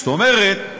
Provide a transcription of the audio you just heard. זאת אומרת,